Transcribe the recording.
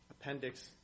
Appendix